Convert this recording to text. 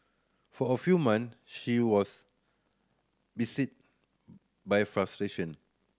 for a few month she was beset by frustration